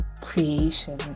creation